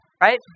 right